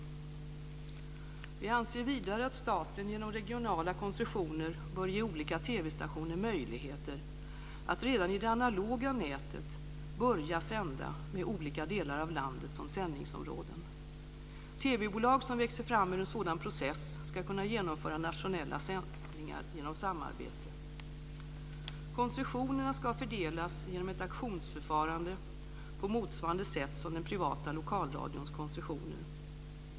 Vidare anser vi att staten genom regionala koncessioner bör ge olika TV-stationer möjlighet att redan i det analoga nätet börja sända med olika delar av landet som sändningsområden. TV-bolag som växer fram ur en sådan process ska kunna genomföra nationella sändningar genom samarbete. Koncessionerna ska fördelas genom ett auktionsförfarande på motsvarande sätt som den privata lokalradions koncessioner.